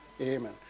Amen